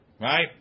right